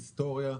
היסטוריה.